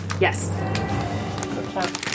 Yes